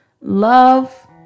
love